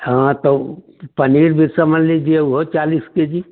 हाँ तो वो पनीर भी समझ लीजिए उहो चालीस केजी